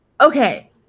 Okay